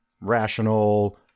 rational